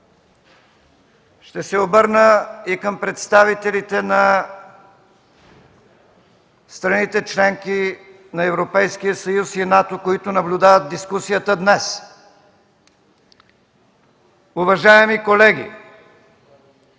ще се обърна и към представителите на страните – членки на Европейския съюз и НАТО, които наблюдават дискусията днес. Уважаеми колеги,